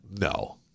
No